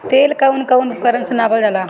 तेल कउन कउन उपकरण से नापल जाला?